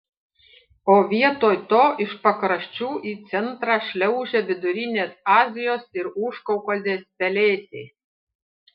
o vietoj to iš pakraščių į centrą šliaužia vidurinės azijos ir užkaukazės pelėsiai